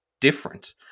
different